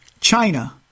China